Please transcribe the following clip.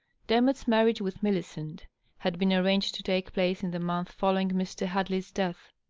demotte's marriage with millicent had been arranged to take place in the month following mr. hadley s death.